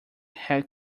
had